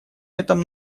этом